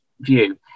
view